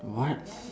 what